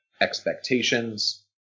expectations